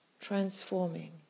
transforming